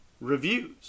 reviews